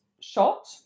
shot